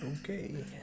Okay